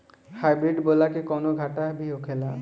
Hybrid बोला के कौनो घाटा भी होखेला?